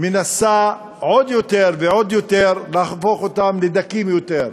מנסה להפוך אותם לדקים עוד יותר.